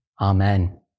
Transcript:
Amen